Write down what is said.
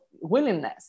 willingness